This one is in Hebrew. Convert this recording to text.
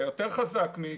זה יותר חזק מכתוב.